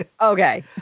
Okay